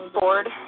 board